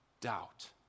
Doubt